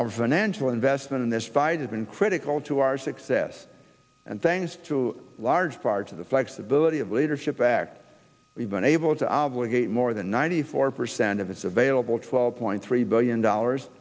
our financial investment in this fight has been critical to our success and things to a large part of the flexibility of leadership backed we've been able to obligate more than ninety four percent of its available twelve point three billion dollars